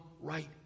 right